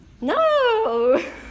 No